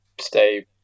Stay